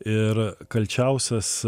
ir kalčiausias